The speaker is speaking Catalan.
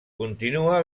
continua